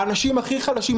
אנשים הכי חלשים,